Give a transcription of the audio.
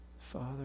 Father